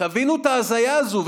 תבינו את ההזיה הזו.